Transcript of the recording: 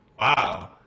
Wow